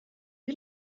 you